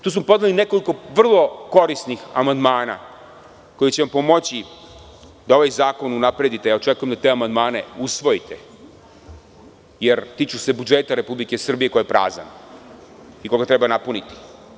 Tu smo podneli nekoliko vrlo korisnih amandmana koji će vam pomoći da ovaj zakon unapredite, a ja očekujemo da te amandmane usvojite, jer tiču se budžeta Republike Srbije koji je prazan i koga treba napuniti.